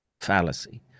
fallacy